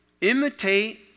Imitate